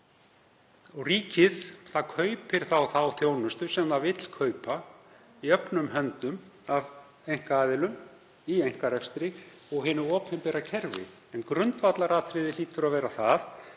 Ríkið kaupir þá þjónustu sem það vill kaupa jöfnum höndum af einkaaðilum í einkarekstri og hinu opinbera kerfi. En grundvallaratriði hlýtur að vera að